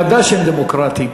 ודאי שהם דמוקרטיים.